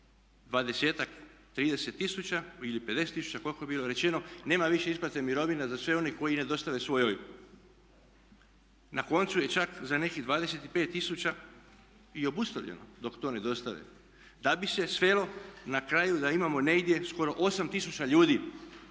10, 30 ili 50 tisuća koliko je bilo rečeno nema više isplate mirovina za sve one koji ne dostave svoj OIB. Na koncu je čak za nekih 25 tisuća i obustavljeno dok to ne dostave da bi se svelo na kraju da imamo negdje skoro 8 tisuća ljudi